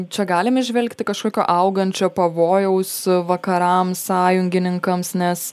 čia galim įžvelgti kažkokio augančio pavojaus vakarams sąjungininkams nes